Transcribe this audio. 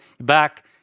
back